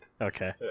Okay